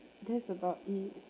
that's about it